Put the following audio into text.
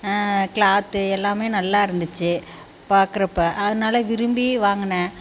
cloth எல்லாமே நல்லா இருந்துச்சு பார்க்குறப்ப அதனால் விரும்பி வாங்கினேன்